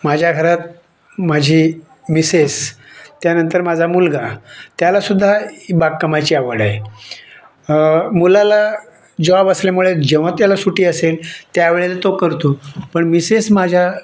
माझ्या घरात माझी मिसेस त्यानंतर माझा मुलगा त्यालासुद्धा बागकामाची आवड आहे मुलाला जॉब असल्यामुळे जेव्हा त्याला सुट्टी असेल त्या वेळेला तो करतो पण मिसेस माझ्या